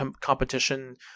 competition